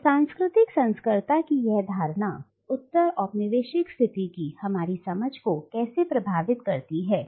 तो सांस्कृतिक संकरता की यह धारणा उत्तर औपनिवेशिक स्थिति कि हमारी समझ को कैसे प्रभावित करती है